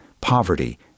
Poverty